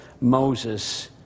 Moses